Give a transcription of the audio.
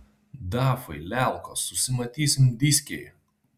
dafai lelkos susimatysim dyskėj